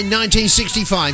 1965